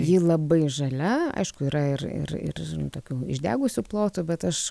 ji labai žalia aišku yra ir ir ir tokių išdegusių plotų bet aš